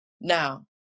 Now